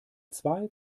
zwei